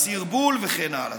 סרבול וכן הלאה.